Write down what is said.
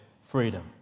freedom